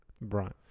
right